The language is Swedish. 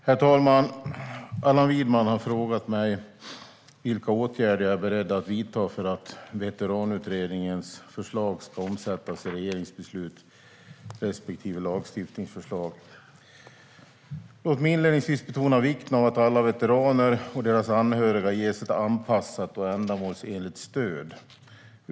Herr talman! Allan Widman har frågat mig vilka åtgärder jag är beredd att vidta för att Veteranutredningens förslag ska omsättas i regeringsbeslut respektive lagstiftningsförslag. Låt mig inledningsvis betona vikten av att alla veteraner och deras anhöriga ges ett anpassat och ändamålsenligt stöd.